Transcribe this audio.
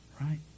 right